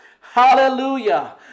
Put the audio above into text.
hallelujah